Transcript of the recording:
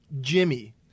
Jimmy